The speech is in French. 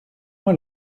moi